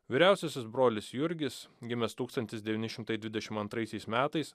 vyriausiasis brolis jurgis gimęs tūkstantis devyni šimtai dvidešim antraisiais metais